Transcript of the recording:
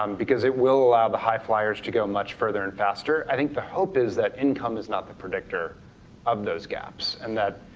um because it will allow the high-flyers to go much further and faster. i think the hope is that income is not the predictor of those gaps, and that